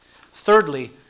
Thirdly